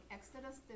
Exodus